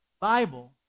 Bible